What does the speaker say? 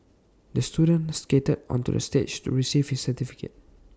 the student skated onto the stage to receive his certificate